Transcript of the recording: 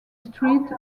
street